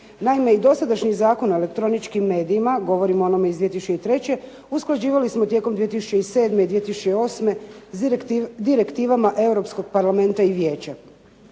Naime, iz dosadašnjih zakona o elektroničkim medijima, govorim o onome iz 2003. usklađivali smo tijekom 2007. i 2008. s direktivama Europskog parlamenta i Vijeća.